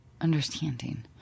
understanding